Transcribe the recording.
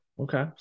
Okay